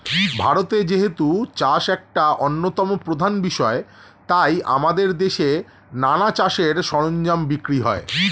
ভারতে যেহেতু চাষ একটা অন্যতম প্রধান বিষয় তাই আমাদের দেশে নানা চাষের সরঞ্জাম বিক্রি হয়